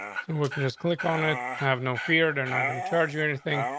and working, just click on it. have no fear. they're not gonna charge you anything.